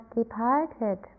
departed